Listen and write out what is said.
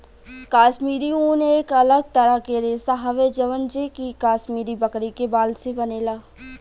काश्मीरी ऊन एक अलग तरह के रेशा हवे जवन जे कि काश्मीरी बकरी के बाल से बनेला